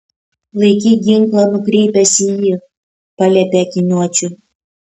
laikyk ginklą nukreipęs į jį paliepė akiniuočiui